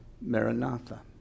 Maranatha